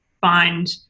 find